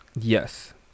Yes